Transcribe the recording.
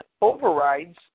overrides